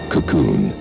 Cocoon